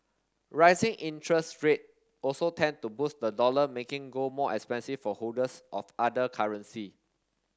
rising interest rate also tend to boost the dollar making gold more expensive for holders of other currency